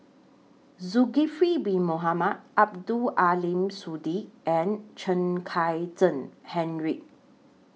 Zulkifli Bin Mohamed Abdul Aleem Siddique and Chen Kezhan Henri